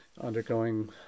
undergoing